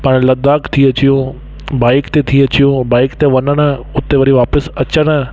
पाण लद्दाख़ थी अचूं बाईक ते थी अचूं बाईक ते वञणु उते वरी वापसि अचणु